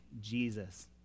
Jesus